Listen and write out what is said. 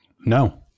No